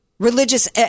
Religious